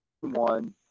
one